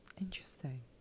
Interesting